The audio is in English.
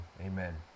Amen